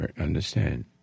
understand